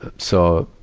so,